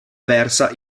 versa